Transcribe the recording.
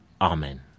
Amen